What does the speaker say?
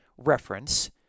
reference